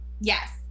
Yes